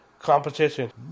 competition